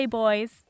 boys